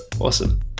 awesome